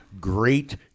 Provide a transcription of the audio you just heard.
great